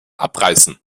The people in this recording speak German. abreißen